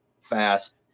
fast